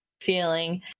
feeling